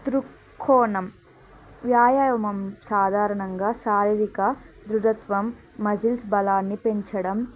దృక్కోణం వ్యాయామం సాధారణంగా శారీరిక దృఢత్వం మజిల్స్ బలాన్ని పెంచడం